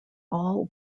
all